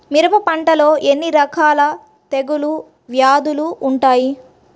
మిరప పంటలో ఎన్ని రకాల తెగులు వ్యాధులు వుంటాయి?